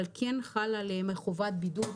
אבל כן חלה עליהן חובת בידוד,